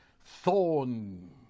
thorn